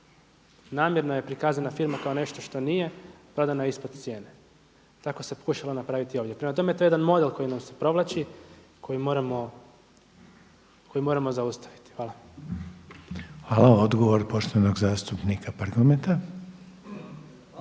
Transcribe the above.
Namjerno je prikazana firma kao nešto što nije, pada na ispod cijene. Tako se pokušava napraviti ovdje. Prema tome, to je jedan model koji nam se provlači koji moramo zaustaviti. Hvala. **Reiner, Željko (HDZ)** Hvala. Odgovor poštovanog zastupnika Prgometa.